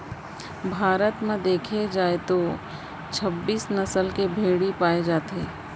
भारत म देखे जाए तो छब्बीस नसल के भेड़ी पाए जाथे